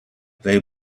they